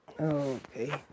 Okay